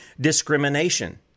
discrimination